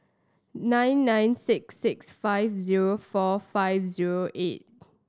nine nine six six five zero four five zero eight